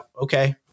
okay